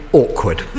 Awkward